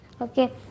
okay